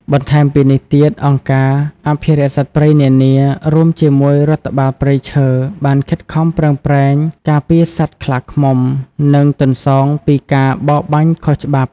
បន្ថែមពីនេះទៀត អង្គការអភិរក្សសត្វព្រៃនានា រួមជាមួយរដ្ឋបាលព្រៃឈើ បានខិតខំប្រឹងប្រែងការពារសត្វខ្លាឃ្មុំ និងទន្សោងពីការបរបាញ់ខុសច្បាប់។